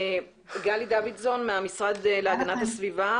גלי דוידסון מהמשרד להגנת הסביבה